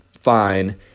fine